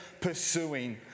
pursuing